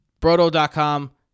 broto.com